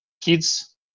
kids